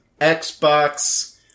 Xbox